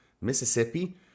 Mississippi